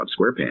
SquarePants